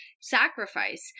sacrifice